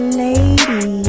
lady